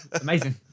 Amazing